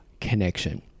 connection